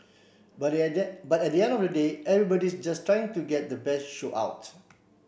but at the but at the end of the day everybody's just trying to get the best show out